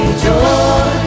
joy